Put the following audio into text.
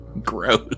Gross